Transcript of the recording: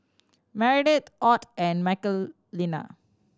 Meredith Ott and Michelina